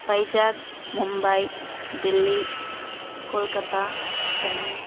Vizag Mumbai Delhi Kolkata Chennai